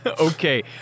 Okay